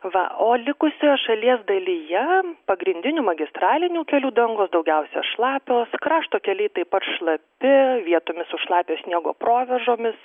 va o likusioje šalies dalyje pagrindinių magistralinių kelių dangos daugiausia šlapios krašto keliai taip pat šlapi vietomis su šlapio sniego provėžomis